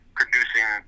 producing